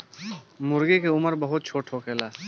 मूर्गी के उम्र बहुत छोट होखेला